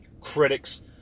critics